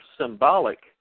symbolic